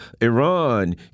Iran